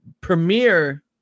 premiere